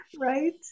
right